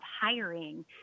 hiring